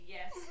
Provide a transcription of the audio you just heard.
Yes